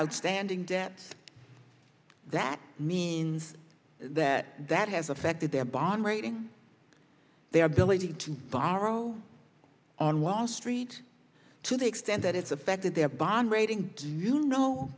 outstanding debt that means that that has affected their bond rating their ability to borrow on wall street to the extent that it's affected their bond rating you know